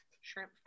shrimp